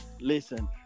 listen